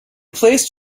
placed